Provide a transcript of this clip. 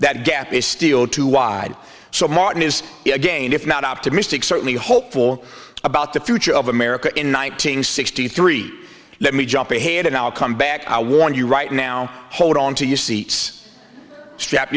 that gap is still too wide so martin is again if not optimistic certainly hopeful about the future of america in one nine hundred sixty three let me jump ahead and i'll come back i warn you right now hold on to your seats strap